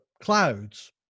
clouds